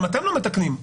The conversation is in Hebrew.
גם אתם לא מתקנים.